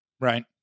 Right